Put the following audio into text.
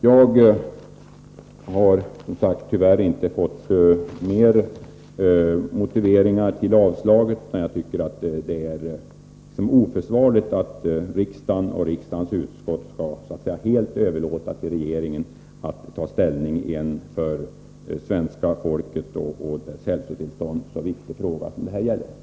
Jag har, som sagt, tyvärr inte fått mer motiveringar till avslaget. Det är emellertid, enligt min mening, oförsvarligt att riksdagen och riksdagens utskott helt överlåter på regeringen att ta ställning i en för svenska folket så viktig fråga som denna.